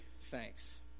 thanks